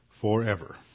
forever